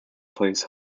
plays